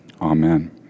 Amen